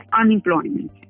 unemployment